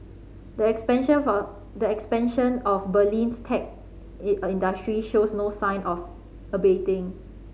the the expansion of Berlin's tech industry shows no sign of abating